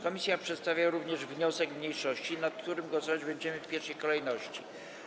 Komisja przedstawia również wniosek mniejszości, nad którym głosować będziemy w pierwszej kolejności.